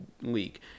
league